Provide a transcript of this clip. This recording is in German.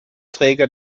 träger